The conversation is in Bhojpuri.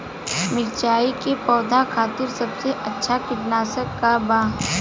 मिरचाई के पौधा खातिर सबसे अच्छा कीटनाशक का बा?